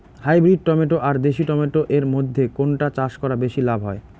Hybrid tomato আর দেশি tomato এর মইধ্যে কোনটা চাষ করা বেশি লাভ হয়?